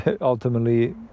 Ultimately